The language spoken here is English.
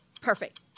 perfect